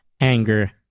anger